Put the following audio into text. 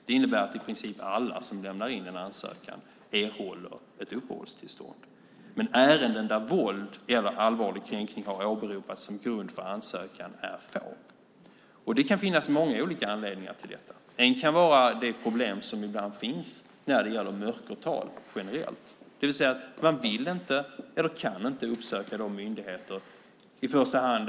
Det innebär att i princip alla som lämnar in en ansökan erhåller ett uppehållstillstånd. Men ärendena där våld eller allvarlig kränkning har åberopats som grund för ansökan är få. Det kan finnas många olika anledningar till detta. Ett problem kan vara det problem som ibland finns med mörkertal generellt, det vill säga att man inte vill eller kan uppsöka myndigheter för att framföra sin sak.